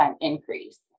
increase